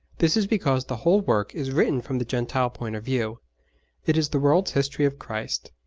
this is because the whole work is written from the gentile point of view it is the world's history of christ.